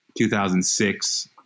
2006